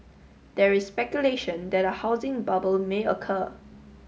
there is speculation that a housing bubble may occur